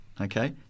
okay